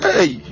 Hey